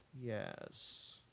yes